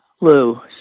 Lou